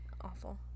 awful